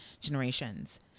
generations